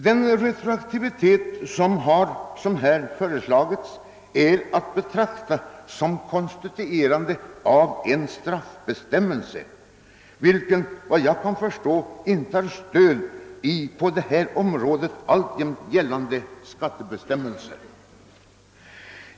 Den retroaktivitet som har föreslagits på detta område är att betrakta som ett konstituerande av en straffbestämmelse, vilken enligt vad jag kan förstå inte har stöd i på detta område alltjämt gällande skattebestämmelser.